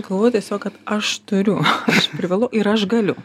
galvojau tiesiog aš turiu aš privalau ir aš galiu